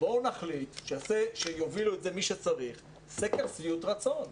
בואו נחליט שמי שצריך יוביל סקר שביעות רצון.